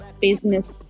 business